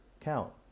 count